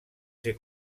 ser